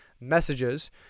messages